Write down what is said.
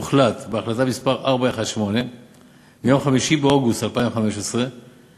הוחלט בהחלטה מס' 418 מיום 5 באוגוסט 2015 על